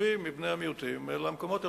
נוספים מבני המיעוטים למקומות האלה.